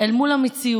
אל מול המציאות,